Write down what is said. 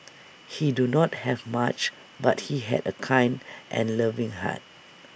he did not have much but he had A kind and loving heart